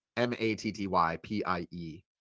M-A-T-T-Y-P-I-E